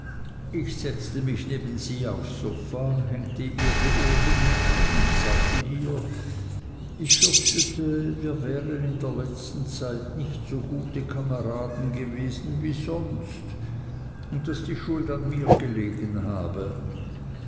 ich setzte mich neben sie aufs sofa hängte ihr die ohrringe ein und sagte ihr ich fürchtete wir wären in der letzten zeit nicht so gute kameraden gewesen wie sonst und daß die schuld an mir gelegen habe